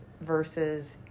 versus